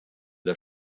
der